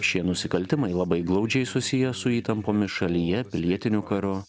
šie nusikaltimai labai glaudžiai susiję su įtampomis šalyje pilietiniu karu